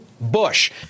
Bush